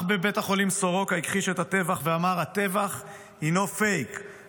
אח בבית החולים סורוקה הכחיש את הטבח ואמר: "הטבח הינו פייק,